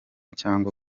cyangwa